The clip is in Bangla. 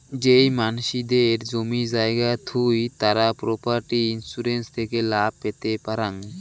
যেই মানসিদের জমি জায়গা থুই তারা প্রপার্টি ইন্সুরেন্স থেকে লাভ পেতে পারাং